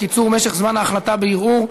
קיצור משך זמן ההחלטה בערעור),